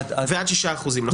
זה עד שישה אחוזים.